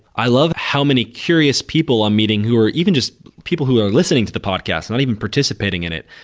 i love how many curious people i'm meeting, who are even just people who are listening to the podcast, not even participating in it.